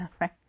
right